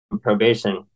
probation